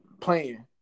playing